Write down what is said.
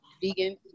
vegan